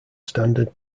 standard